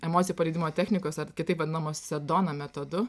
emocijų paleidimo technikos ar kitaip vadinamos sedona metodu